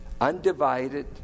undivided